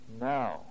Now